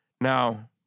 Now